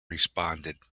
responded